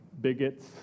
bigots